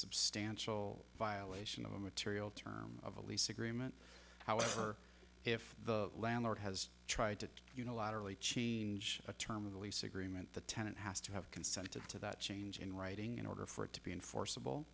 substantial violation of a material term of a lease agreement however if the landlord has tried to unilaterally change the terms of the lease agreement the tenant has to have consented to that change in writing in order for it to be enforceable